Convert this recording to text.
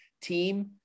team